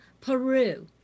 Peru